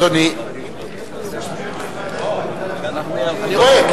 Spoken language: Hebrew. אני רואה.